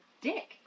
dick